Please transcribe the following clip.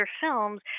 films